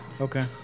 Okay